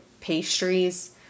pastries